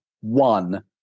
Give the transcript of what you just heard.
one